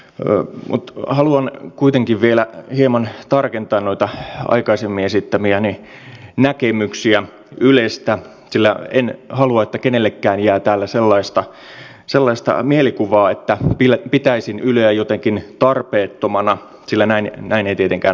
mutta haluan kuitenkin vielä hieman tarkentaa noita aikaisemmin esittämiäni näkemyksiä ylestä sillä en halua että kenellekään jää täällä sellaista mielikuvaa että pitäisin yleä jotenkin tarpeettomana sillä näin ei tietenkään ole